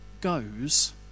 goes